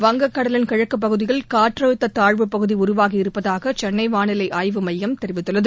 வங்கக் கடலின் கிழக்குப் பகுதியில் காற்றழுத்த தாழ்வு பகுதி உருவாகியிருப்பதாக சென்னை வானிலை ஆய்வு மையம் தெரிவித்துள்ளது